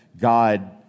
God